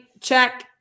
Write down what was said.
Check